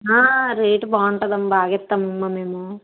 rate బాగుంటదమ్మ బాగా ఇస్తామమ్మా మేము